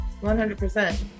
100%